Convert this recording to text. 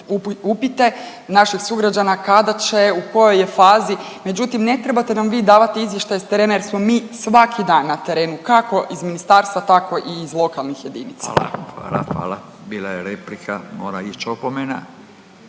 upite naših sugrađana, kada će u kojoj je fazi. Međutim ne trebate nam vi davati izvještaje s terena jer smo mi svaki dan na terenu kako iz ministarstva, tako i iz lokalnih jedinica. **Radin, Furio (Nezavisni)** Hvala, hvala, hvala. Bila je replika, mora ić opomena.